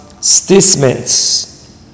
statements